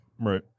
Right